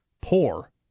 poor